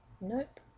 nope